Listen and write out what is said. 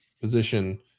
position